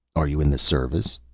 are you in the service?